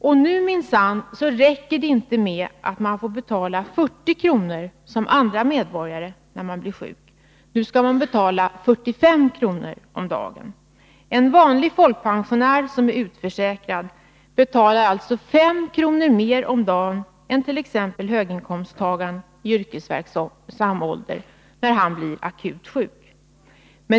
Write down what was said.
Och nu minsann räcker det inte med att man får betala 40 kr. som andra medborgare när man blir sjuk. Nu skall man betala 45 kr. om dagen. En vanlig folkpensionär som är utförsäkrad betalar alltså 5 kr. mer om dagen änt.ex. höginkomsttagaren i yrkesverksam ålder när han blir akut sjuk.